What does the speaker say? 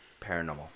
Paranormal